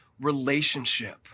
relationship